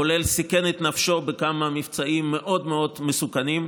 כולל זה שהוא סיכן את נפשו בכמה מבצעים מאוד מאוד מסוכנים.